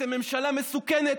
אתם ממשלה מסוכנת.